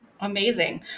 Amazing